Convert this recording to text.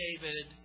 David